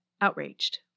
outraged